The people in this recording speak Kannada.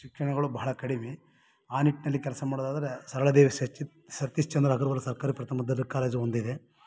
ಶಿಕ್ಷಣಗಳು ಬಹಳ ಕಡಿಮೆ ಆ ನಿಟ್ಟಿನಲ್ಲಿ ಕೆಲಸ ಮಾಡೋದಾದರೆ ಸರಳಾದೇವಿ ಸಚಿತ್ ಸತೀಶ್ಚಂದ್ರ ಅಗರ್ವಾಲ್ ಸರ್ಕಾರಿ ಪ್ರಥಮ ದರ್ಜೆ ಕಾಲೇಜು ಒಂದಿದೆ